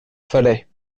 fallait